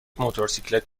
موتورسیکلت